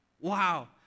Wow